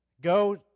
Go